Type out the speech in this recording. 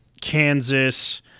Kansas